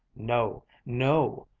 no, no!